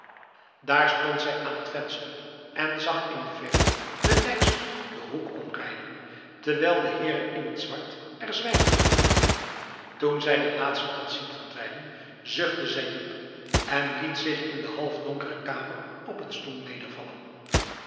daar stond zij aan t venster en zag in de verte den lijkstoet den hoek omrijden terwijl de heeren in t zwart er zwijgend achter liepen toen zij de laatsten had zien verdwijnen zuchtte zij diep en liet zich in de halfdonkere kamer op een stoel nedervallen